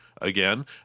Again